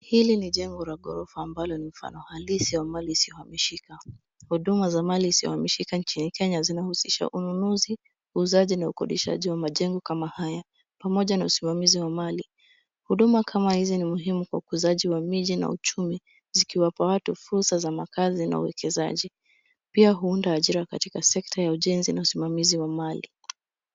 Hili ni jengo la ghorofa ambalo ni mfano halisi wa mali isiyohamishika. Huduma za mali isiyohamishika nchini Kenya zinahusisha: ununuzi, uuzaji na ukodishaji wa majengo kama haya, pamoja na usimamizi wa mali. Huduma kama hizi ni muhimu kwa ukuzaji wa miji na uchumi zikiwapa watu fursa za makazi na uwekezaji. Pia huunda ajira katika sekta ya ujenzi na usimamizi wa mali.